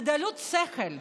זה דלות שכל,